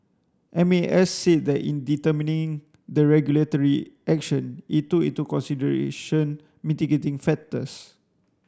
M A S said that in determining the regulatory action it took into consideration mitigating factors